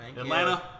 Atlanta